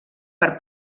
per